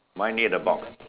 mine near the box